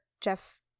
Jeff